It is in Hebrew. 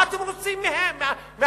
מה אתם רוצים מאנשים?